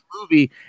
movie